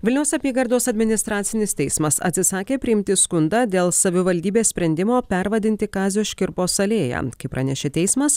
vilniaus apygardos administracinis teismas atsisakė priimti skundą dėl savivaldybės sprendimo pervadinti kazio škirpos alėją kaip pranešė teismas